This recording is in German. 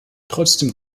trotzdem